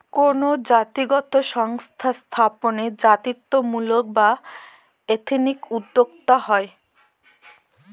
কোনো জাতিগত সংস্থা স্থাপনে জাতিত্বমূলক বা এথনিক উদ্যোক্তা হয়